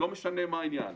ולא משנה מה העניין.